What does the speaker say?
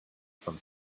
from